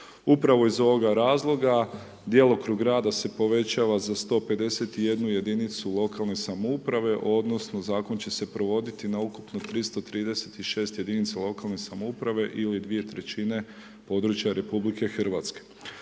Upravo iz ovoga razloga, djelokrug rada se povećava za 151 jedinicu lokalne samouprave odnosno Zakon će se provoditi na ukupno 336 jedinica lokalne samouprave ili 2/3 područja RH.